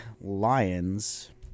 Lions